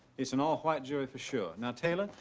its an all white jury for sure. now taylor,